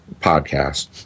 podcast